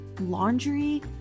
laundry